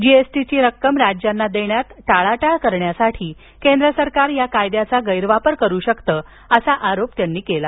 जीएसटीची रक्कम राज्यांना देण्यात टाळाटाळ करण्यासाठी केंद्र सरकार या कायद्याचा गैरवापर करू शकते असं त्यांनी आरोप केला